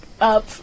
up